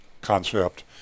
concept